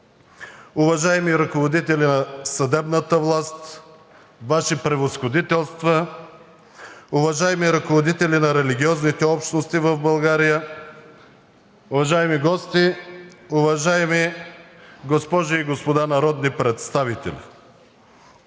уважаеми ръководители на съдебната власт, Ваши превъзходителства, уважаеми ръководители на религиозните общности в България, уважаеми гости, уважаеми госпожи и господа народни представители!